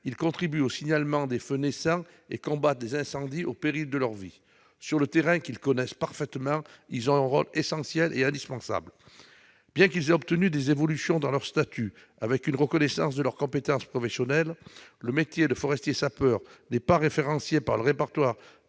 ils contribuent au signalement des feux naissants et combattent les incendies au péril de leur vie. Sur le terrain, qu'ils connaissent parfaitement, ils ont un rôle essentiel et indispensable. Bien qu'ils aient obtenu des évolutions de leur statut, avec une reconnaissance de leurs compétences professionnelles, le métier de forestier-sapeur n'est pas référencé par le répertoire